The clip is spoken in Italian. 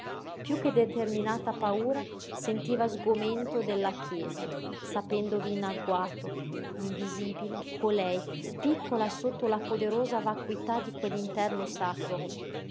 piú che determinata paura sentiva sgomento della chiesa sapendovi in agguato invisibile colei piccola sotto la poderosa vacuità di quell'interno sacro